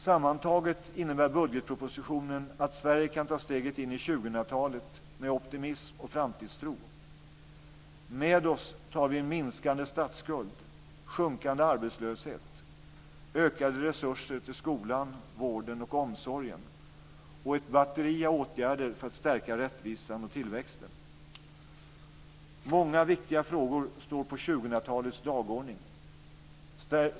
Sammantaget innebär budgetpropositionen att Sverige kan ta steget in i 2000-talet med optimism och framtidstro. Med oss tar vi en minskande statsskuld, en sjunkande arbetslöshet, ökade resurser till skolan, vården och omsorgen samt ett batteri av åtgärder för att stärka rättvisan och tillväxten. Många viktiga frågor står på 2000-talets dagordning.